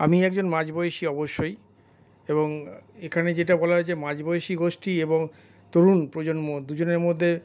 আমি একজন মাঝবয়সি অবশ্যই এবং এখানে যেটা বলা হয়েছে মাঝবয়সি গোষ্ঠী এবং তরুণ প্রজন্ম দুজনের মধ্যে